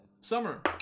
Summer